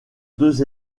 deux